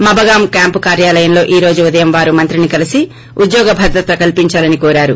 మబగాం camp కార్యాలయంలో ఈ రోజు ఉదయం వారు మంత్రిని కలసి ఉద్యోగ భద్రత కల్సించాలని కోరారు